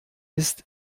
ist